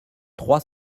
trois